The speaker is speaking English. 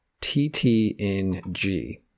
ttng